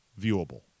viewable